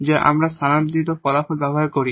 যা আমরা এখানে সিফটিং রেজাল্ট ব্যবহার করি